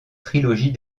trilogie